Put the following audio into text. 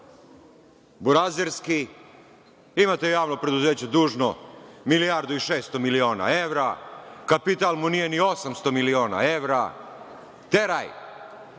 burazerski. Imate javno preduzeće dužno milijardu i 600 miliona evra, kapital mu nije ni 800 miliona evra, teraj.